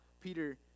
Peter